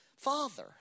father